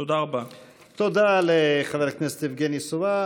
תודה לחבר הכנסת יבגני סובה.